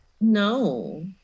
No